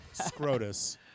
Scrotus